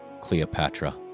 Cleopatra